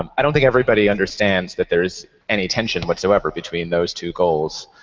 um i don't think everybody understands that there is any tension whatsoever between those two goals.